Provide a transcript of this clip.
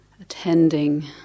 attending